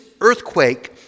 earthquake